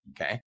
Okay